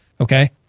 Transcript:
okay